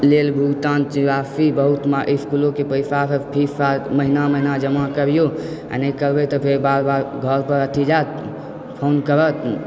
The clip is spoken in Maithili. लेल भुगतान राशि बहुत इस्कूलोके पैसासभ फीससभ महीना महीना जमा करिऔ आ नहि करबय तऽ फेर बार बार घर पर अथी जायत फोन करत